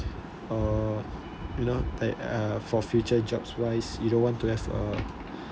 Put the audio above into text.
or you know like uh for future jobs wise you don't want to have a